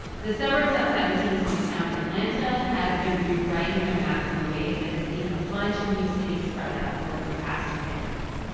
the suburbs outside of king's hometown, atlanta, have been rewriting their maps in a way that has seen a bunch of new cities sprout up over the past two decades.